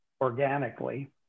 organically